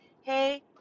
hey